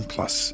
Plus